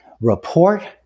report